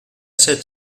set